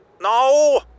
No